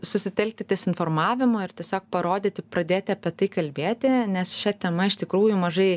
susitelkti ties informavimu ir tiesiog parodyti pradėti apie tai kalbėti nes šia tema iš tikrųjų mažai